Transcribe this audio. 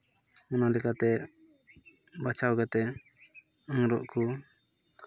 ᱚᱱᱟ ᱞᱮᱠᱟᱛᱮ ᱵᱟᱪᱷᱟᱣ ᱠᱟᱛᱮ ᱟᱸᱜᱽᱨᱚᱵ ᱠᱚ